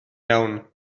iawn